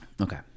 Okay